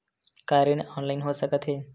का ऋण ऑनलाइन हो सकत हे?